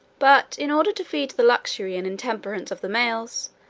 but, in order to feed the luxury and intemperance of the males,